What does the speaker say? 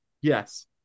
Yes